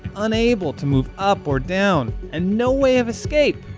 unable to move up or down and no way of escape.